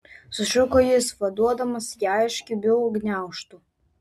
sušuko jis vaduodamas ją iš kibių gniaužtų